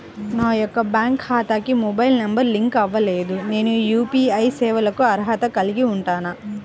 నా యొక్క బ్యాంక్ ఖాతాకి మొబైల్ నంబర్ లింక్ అవ్వలేదు నేను యూ.పీ.ఐ సేవలకు అర్హత కలిగి ఉంటానా?